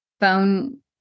Phone